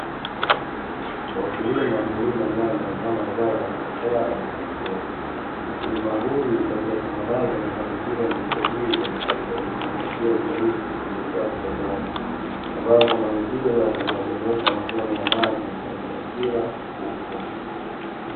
Wakulima hulima nyanya kama zao la biashara na chakula, mkulima huyu katika shamba lake amepandikiza miche hiyo katika vifungashio vyeusi vilivyo jazwa udongo, ambavyo kuna mipira inayo dondosha matone ya maji katika kila mfuko.